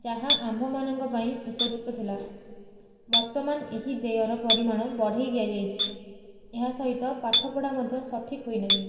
ଯାହା ଆମ୍ଭମାନଙ୍କ ପାଇଁ ଉପଯୁକ୍ତ ଥିଲା ବର୍ତ୍ତମାନ ଏହି ଦେୟର ପରିମାଣ ବଢ଼ାଇ ଦିଆଯାଇଛି ଏହା ସହିତ ପାଠପଢ଼ା ମଧ୍ୟ ସଠିକ୍ ହୋଇ ନାହିଁ